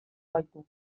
gaitu